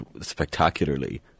spectacularly